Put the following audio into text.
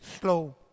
slow